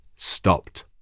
Stopped